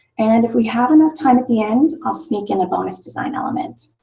and if we have enough time at the end, i'll sneak in a bonus design element.